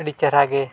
ᱟ ᱰᱤ ᱪᱮᱨᱦᱟᱜᱮ